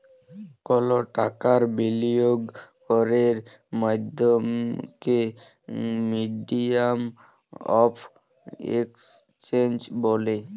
call টাকার বিলিয়গ ক্যরের মাধ্যমকে মিডিয়াম অফ এক্সচেঞ্জ ব্যলে